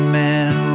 man